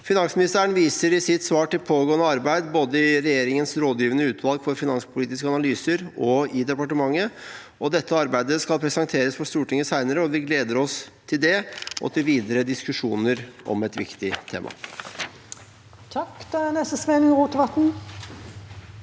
Finansministeren viser i sitt svar til pågående arbeid både i regjeringens rådgivende utvalg for finanspolitiske analyser og i departementet. Dette arbeidet skal presenteres for Stortinget senere, og vi gleder oss til det og til videre diskusjoner om et viktig tema. Sveinung Rotevatn